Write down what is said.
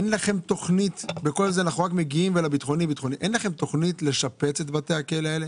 אין לכם תוכנית לשפץ את בתי הכלא האלה?